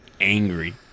angry